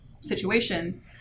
situations